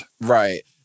Right